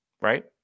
right